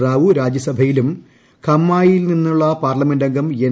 റാവു രാജ്യസഭയിലും ഖമ്മാഖിൽ നിന്നുള്ള പാർലമെന്റംഗമായ എൻ